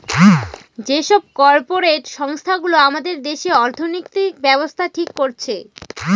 যে সব কর্পরেট সংস্থা গুলো আমাদের দেশে অর্থনৈতিক ব্যাবস্থা ঠিক করছে